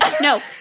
No